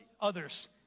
others